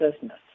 business